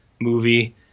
movie